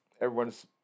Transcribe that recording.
everyone's